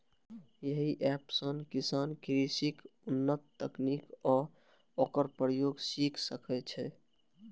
एहि एप सं किसान कृषिक उन्नत तकनीक आ ओकर प्रयोग सीख सकै छै